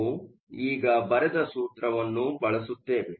ನಾವು ಈಗ ಬರೆದ ಸೂತ್ರವನ್ನು ಬಳಸುತ್ತೇವೆ